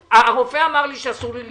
הרופא אמר לי שאסור לי להתעצבן,